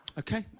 okay.